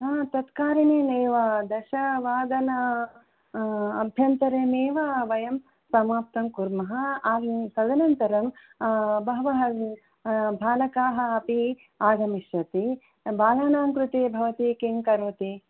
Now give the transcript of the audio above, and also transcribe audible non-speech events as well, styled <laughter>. तत् कारणेनैव दशवादन अभ्यन्तरमेव वयं समाप्तं कुर्मः <unintelligible> तदनन्तरं बहवः बालकाः अपि आगमिष्यन्ति बालानां कृते भवती किं करोति